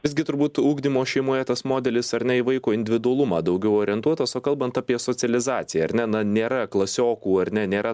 visgi turbūt ugdymo šeimoje tas modelis ar ne į vaiko individualumą daugiau orientuotas o kalbant apie socializaciją ar ne na nėra klasiokų ar ne nėra